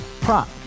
prop